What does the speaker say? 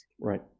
Right